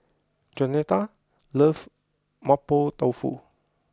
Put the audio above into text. Jaunita loves Mapo Tofu